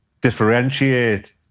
differentiate